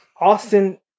Austin